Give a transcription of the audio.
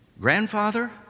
Grandfather